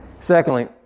Secondly